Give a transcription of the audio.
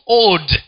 old